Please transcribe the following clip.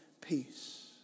peace